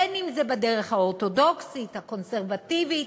אם בדרך האורתודוקסית, הקונסרבטיבית,